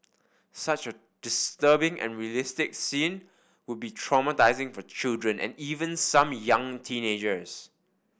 such a disturbing and realistic scene would be traumatising for children and even some young teenagers